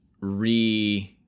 re